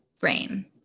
brain